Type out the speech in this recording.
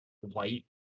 white